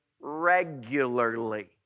regularly